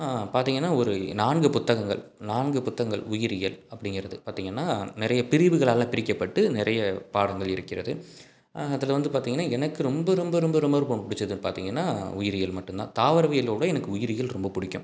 பார்த்தீங்கன்னா ஒரு நான்கு புத்தகங்கள் நான்கு புத்தகங்கள் உயிரியல் அப்படிங்கிறது பார்த்தீங்கன்னா நிறைய பிரிவுகளால் பிரிக்கப்பட்டு நிறைய பாடங்கள் இருக்கிறது அதில் வந்து பார்த்தீங்கன்னா எனக்கு ரொம்ப ரொம்ப ரொம்ப ரொம்ப ரொம்ப ரொம்ப பிடிச்சதுன்னு பார்த்தீங்கன்னா உயிரியல் மட்டுந்தான் தாவரவியலோட எனக்கு உயிரியல் ரொம்ப பிடிக்கும்